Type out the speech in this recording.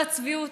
הצביעות,